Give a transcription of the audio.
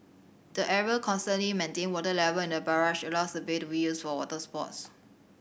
the ever constantly maintained water level in the barrage allows the bay to be used for water sports